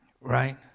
right